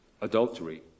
adultery